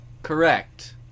correct